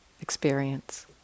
experience